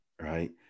right